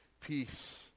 peace